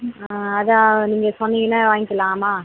ஆ அதான் நீங்கள் சொன்னீங்கன்னால் வாங்கிக்கலாமா